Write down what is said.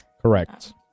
Correct